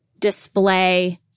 display